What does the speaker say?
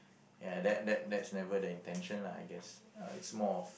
ya that that that's never the intention lah I guess uh it's more of